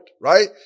right